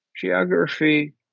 geography